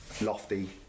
Lofty